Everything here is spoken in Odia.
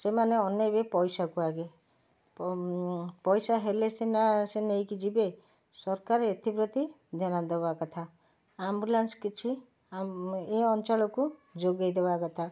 ସେମାନେ ଅନେଇବେ ପଇସାକୁ ଆଗେ ପଇସା ହେଲେ ସିନା ନେଇ କି ଯିବେ ସରକାର ଏଥିପ୍ରତି ଧ୍ୟାନ ଦେବା କଥା ଆମ୍ବୁଲାନ୍ସ କିଛି ଏ ଅଞ୍ଚଳକୁ ଯୋଗେଇ ଦେବା କଥା